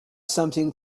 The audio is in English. something